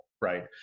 right